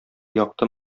якты